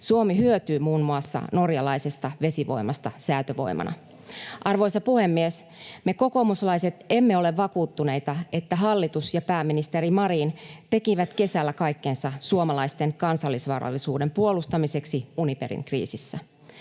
Suomi hyötyy muun muassa norjalaisesta vesivoimasta säätövoimana. Arvoisa puhemies! Me kokoomuslaiset emme ole vakuuttuneita, että hallitus ja pääministeri Marin tekivät kesällä kaikkensa suomalaisten kansallisvarallisuuden puolustamiseksi Uniperin kriisissä.